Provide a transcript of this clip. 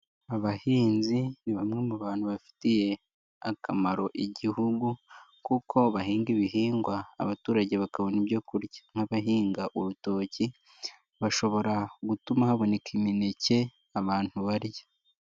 Abahinzi ni bamwe mu bantu bafitiye akamaro igihugu kuko bahinga ibihingwa abaturage bakabona ibyo kurya, nk'abahinga urutoki bashobora gutuma haboneka imineke abantu barya.